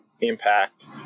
impact